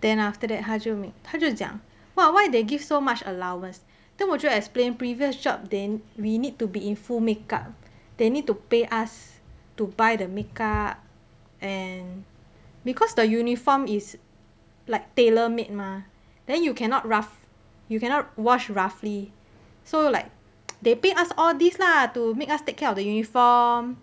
then after that 她就她就讲 !wah! why they give so much allowance then 我就 explain previous job we need to be in full makeup they need to pay us to buy the makeup and because the uniform is like tailor made mah then you cannot wash roughly so like they paid us all these lah to make us take care of the uniform